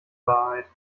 wahrheit